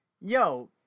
yo